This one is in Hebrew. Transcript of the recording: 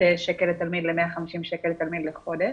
שקל לתלמיד ל-150 שקל לתלמיד לחודש.